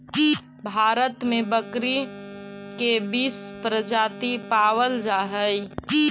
भारत में बकरी के बीस प्रजाति पावल जा हइ